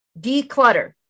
declutter